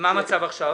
ומה המצב עכשיו?